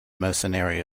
mercenary